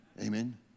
Amen